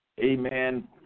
Amen